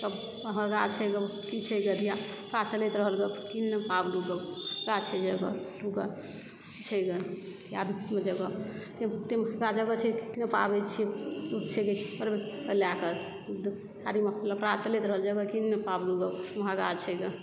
महगा छै गे अथी छै गे धिया काज चलैत रहल गे कीन नहि पाबलु गे लफड़ा छै छै गे कि आब ओ जगह जगह छै जे कीन नहि पाबय छियै छै गे की करबय लएके मे लफड़ा चलैत रहल जगह कीन नहि पाबलु गे महगा छै गे